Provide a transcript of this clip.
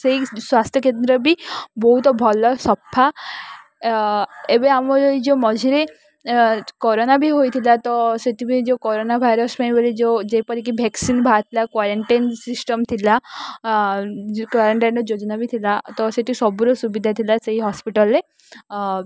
ସେଇ ସ୍ୱାସ୍ଥ୍ୟକେନ୍ଦ୍ର ବି ବହୁତ ଭଲ ସଫା ଏବେ ଆମର ଏଇ ଯେଉଁ ମଝିରେ କରୋନା ବି ହୋଇଥିଲା ତ ସେଥିପାଇଁ ଯେଉଁ କରୋନା ଭାଇରସ୍ ପାଇଁ ବୋଲି ଯେଉଁ ଯେପରିକି ଭ୍ୟାକ୍ସିନ୍ ବାହାରଥିଲା କ୍ୱଵାରଣ୍ଟାଇନ୍ ସିଷ୍ଟମ ଥିଲା ଯେଉଁ କ୍ଵାରେଣ୍ଟାଇନ୍ର ଯୋଜନା ବି ଥିଲା ତ ସେଠି ସବୁର ସୁବିଧା ଥିଲା ସେଇ ହସ୍ପିଟାଲରେ